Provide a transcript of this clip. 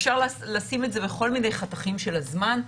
אפשר לשים את זה בכל מיני חתכים של הזמן.